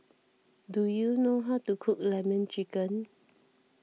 do you know how to cook Lemon Chicken